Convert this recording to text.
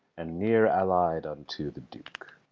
and near allied unto the duke.